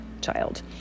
child